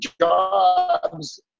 jobs